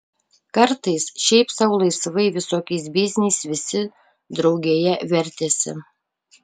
kartais šiaip sau laisvai visokiais bizniais visi draugėje vertėsi